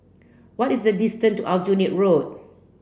what is the distant to Aljunied Road